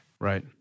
Right